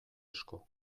asko